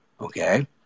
okay